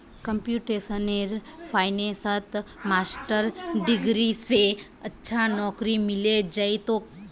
computational फाइनेंसत master degree स अच्छा नौकरी मिले जइ तोक